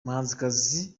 umuhanzikazi